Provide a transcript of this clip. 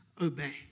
obey